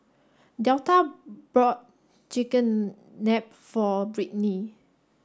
Delta bought Chigenabe for Britney